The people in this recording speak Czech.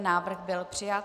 Návrh byl přijat.